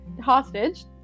hostage